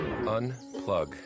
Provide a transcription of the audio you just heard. unplug